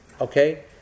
Okay